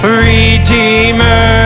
redeemer